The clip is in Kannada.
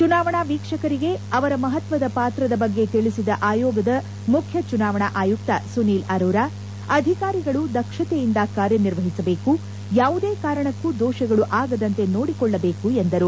ಚುನಾವಣಾ ವೀಕ್ಷಕರಿಗೆ ಅವರ ಮಹತ್ವದ ಪಾತ್ರದ ಬಗ್ಗೆ ತಿಳಿಸಿದ ಆಯೋಗದ ಮುಖ್ಯ ಚುನಾವಣಾ ಆಯುಕ್ತ ಸುನಿಲ್ ಅರೋರ ಅಧಿಕಾರಿಗಳು ದಕ್ಷತೆಯಿಂದ ಕಾರ್ಯನಿರ್ವಹಿಸಬೇಕು ಯಾವುದೇ ಕಾರಣಕ್ಕೂ ದೋಷಗಳು ಆಗದಂತೆ ನೋಡಿಕೊಳ್ಳಬೇಕು ಎಂದರು